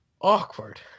awkward